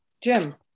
Jim